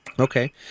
Okay